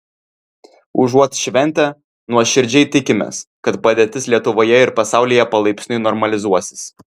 užuot šventę nuoširdžiai tikimės kad padėtis lietuvoje ir pasaulyje palaipsniui normalizuosis